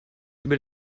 über